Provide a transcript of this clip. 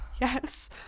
yes